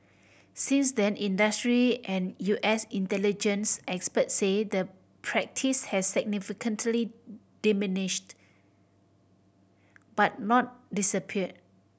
since then industry and U S intelligence experts say the practice has significantly diminished but not disappear